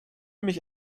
mich